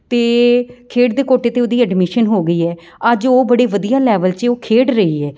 ਅਤੇ ਖੇਡ ਦੇ ਕੋਟੇ 'ਤੇ ਉਹਦੀ ਐਡਮਿਸ਼ਨ ਹੋ ਗਈ ਹੈ ਅੱਜ ਉਹ ਬੜੇ ਵਧੀਆ ਲੈਵਲ 'ਚ ਉਹ ਖੇਡ ਰਹੀ ਹੈ